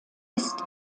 ist